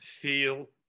feel